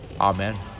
Amen